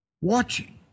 watching